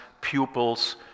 pupils